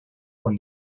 con